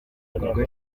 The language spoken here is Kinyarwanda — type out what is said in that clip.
bikorwa